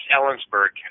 Ellensburg